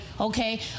okay